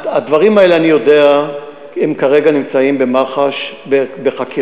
אני יודע שהדברים האלה נמצאים כרגע במח"ש בחקירה,